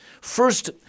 First